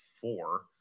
four